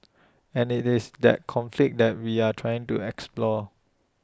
and IT is that conflict that we are trying to explore